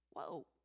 whoa